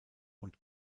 und